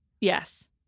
Yes